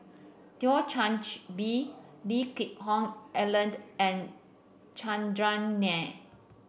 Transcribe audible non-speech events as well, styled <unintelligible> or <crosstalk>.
<unintelligible> Change Bee Leeke Geck Hoon Ellen and Chandran Nair